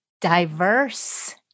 diverse